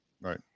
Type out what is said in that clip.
Right